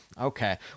okay